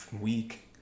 week